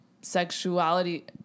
sexuality